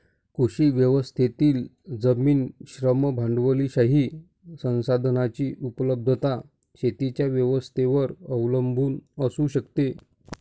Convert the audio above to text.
कृषी व्यवस्थेतील जमीन, श्रम, भांडवलशाही संसाधनांची उपलब्धता शेतीच्या व्यवस्थेवर अवलंबून असू शकते